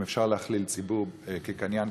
אם אפשר להכליל ציבור כקניין,